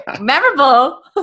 Memorable